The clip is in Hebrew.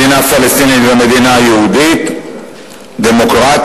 מדינה פלסטינית ומדינה יהודית דמוקרטית,